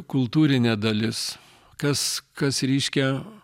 kultūrinė dalis kas kas reiškia